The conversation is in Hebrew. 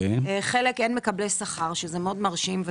לגבי חלקן כתוב שאין מקבלי שכר, שזה מרשים מאוד.